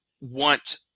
want